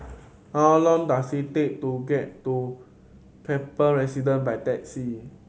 how long does it take to get to Kaplan Residence by taxi